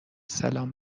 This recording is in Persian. سلام